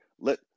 let